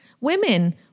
Women